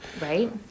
Right